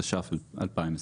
התש"ף-2020.